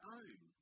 own